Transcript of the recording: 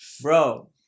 Bro